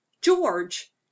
George